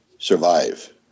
survive